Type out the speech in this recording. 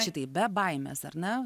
šitai be baimės ar ne